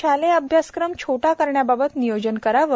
शालेय अभ्यासक्रम छोटा करण्याबाबत नियोजन करावे